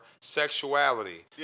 sexuality